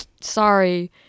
sorry